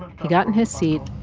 he got in his seat,